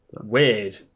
Weird